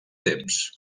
temps